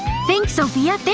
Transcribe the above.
think, sofia,